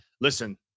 Listen